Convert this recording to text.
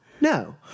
No